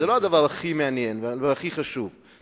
זה לא הדבר הכי מעניין והכי חשוב.